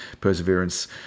Perseverance